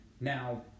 now